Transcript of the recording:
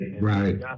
right